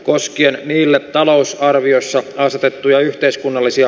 koskien yllä talousarviossa asetettuja yhteiskunnallisia